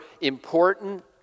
important